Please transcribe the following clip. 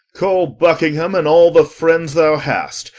call buckingham, and all the friends thou hast,